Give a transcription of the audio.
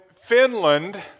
Finland